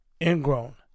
Ingrown